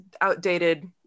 outdated